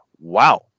wow